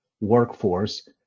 workforce